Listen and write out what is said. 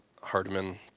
Hardman